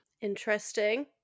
Interesting